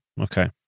Okay